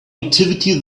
activity